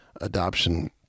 adoption